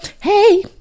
hey